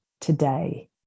today